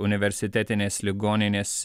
universitetinės ligoninės